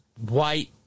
white